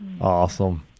Awesome